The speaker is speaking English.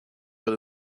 with